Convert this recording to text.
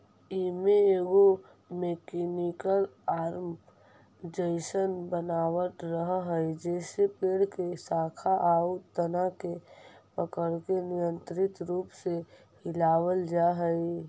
एमे एगो mechanical arm जइसन बनावट रहऽ हई जेसे पेड़ के शाखा आउ तना के पकड़के नियन्त्रित रूप से हिलावल जा हई